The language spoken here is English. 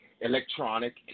electronic